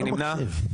מי נמנע?